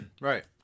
Right